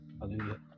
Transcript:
Hallelujah